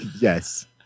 Yes